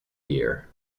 year